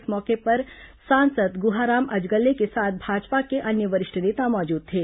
इस मौके पर सांसद गुहाराम अजगले के साथ भाजपा के अन्य वरिष्ठ नेता मौजूद थे